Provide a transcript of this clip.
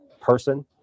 person